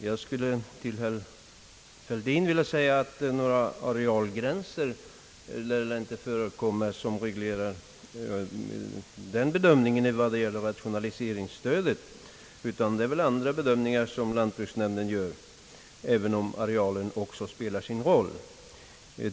Herr talman! Till herr Fälldin skulle jag vilja säga att några arealgränser som reglerar rationaliseringsstödet inte förekommer. Det är nog andra bedömningar lantbruksnämnden gör, även om arealen också spelar sin roll.